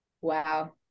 wow